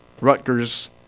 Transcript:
Rutgers